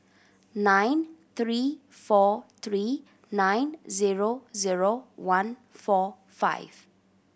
nine three four three nine zero zero one four five